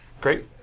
Great